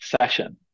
session